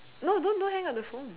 no don't don't hang up the phone